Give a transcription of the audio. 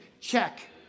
check